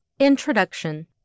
Introduction